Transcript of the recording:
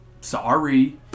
Sorry